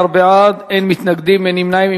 15 בעד, אין מתנגדים, אין נמנעים.